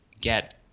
get